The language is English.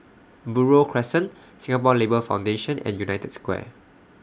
Buroh Crescent Singapore Labour Foundation and United Square